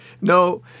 No